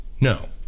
no